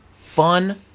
fun